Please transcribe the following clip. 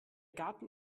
garten